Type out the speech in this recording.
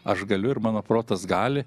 aš galiu ir mano protas gali